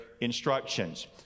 instructions